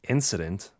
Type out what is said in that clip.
Incident